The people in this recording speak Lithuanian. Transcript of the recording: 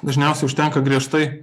dažniausiai užtenka griežtai